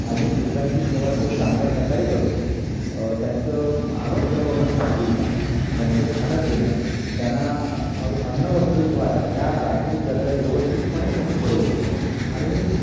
अनेक वृद्धांची सेवा तो चांगल्या प्रकारे करतो त्यांचं आरोग्याबाबत काळजी घेणं त्यांचं खाणं पिणं त्यांना अ अन्न वस्त्र निवारा ह्या प्राथमिक गरजा व्यवस्थितपणे त्यानी पुरवलेल्या आहेत आणि